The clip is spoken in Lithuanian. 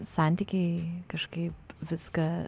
santykiai kažkaip viską